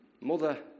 mother